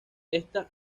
esta